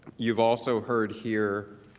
you've also heard here